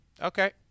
okay